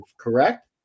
correct